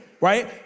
right